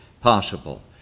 possible